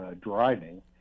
driving